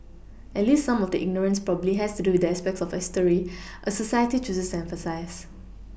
at least some of the ignorance probably has to do with the aspects of history a society chooses to emphasise